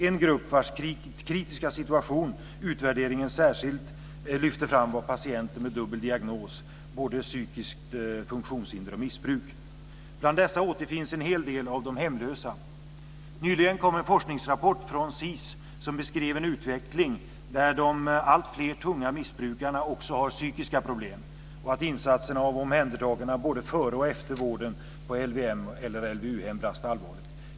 En grupp vars kritiska situation utvärderingen särskilt lyfte fram var patienter med dubbel diagnos, både psykiskt funktionshinder och missbruk. Bland dessa återfinns en hel del av de hemlösa. Nyligen kom en forskningsrapport från SiS som beskrev en utveckling där de alltfler tunga missbrukarna också har psykiska problem och att insatserna av omhändertagande både före och efter vården på LVM och LVU-hem brast allvarligt.